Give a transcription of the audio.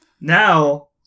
now